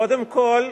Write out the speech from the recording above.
קודם כול,